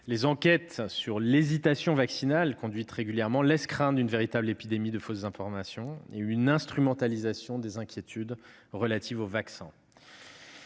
Les enquêtes sur l'hésitation vaccinale conduites régulièrement laissent craindre une véritable épidémie de fausses informations, et une instrumentalisation des inquiétudes relatives au vaccin.